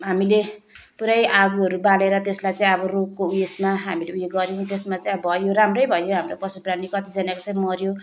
हामीले पुरै आगोहरू बालेर त्यसलाई चाहिँ अब रुखको उएसमा हामीले उयो गऱ्यौँ त्यसमा चाहिँ भयो राम्रै भयो हाम्रो पशु प्राणी कतिजनाको चाहिँ मऱ्यो